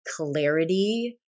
clarity